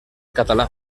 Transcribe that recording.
català